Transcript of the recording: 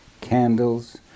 candles